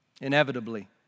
Inevitably